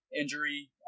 injury